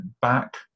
back